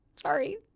Sorry